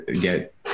get